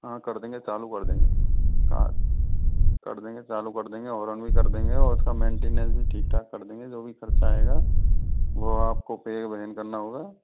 हाँ कर देंगे चालू कर देंगे क कर देंगे चालू कर देंगे हॉरन भी कर देंगे और उस का मैन्ट्नन्स भी ठीक ठाक कर देंगे जो भी खर्चा आएगा वो आप को पे करना होगा